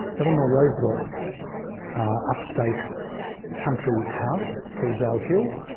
eleanor roosevelt's upstate country house called val-kill,